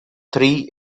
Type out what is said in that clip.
three